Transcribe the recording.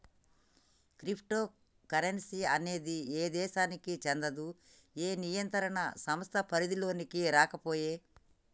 crypto currency అనేది ఏ దేశానికీ చెందదు, ఏ నియంత్రణ సంస్థ పరిధిలోకీ రాకపాయే